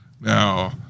Now